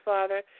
Father